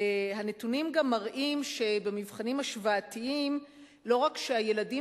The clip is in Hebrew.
הנתונים גם מראים שבמבחנים השוואתיים לא רק שהילדים